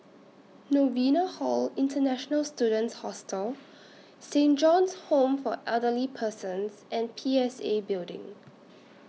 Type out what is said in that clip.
Novena Hall International Students Hostel Saint John's Home For Elderly Persons and P S A Building